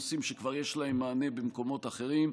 נושאים שכבר יש להם מענה במקומות אחרים.